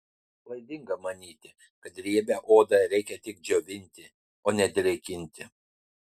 klaidinga manyti kad riebią odą reikia tik džiovinti o ne drėkinti